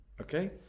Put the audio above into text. Okay